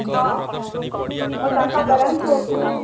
ହଁ ମୁଁ ତାଙ୍କ ପ୍ୟାରେଣ୍ଟସ୍ କହୁଥିଲି